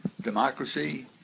democracy